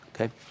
Okay